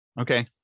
Okay